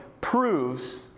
proves